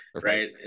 right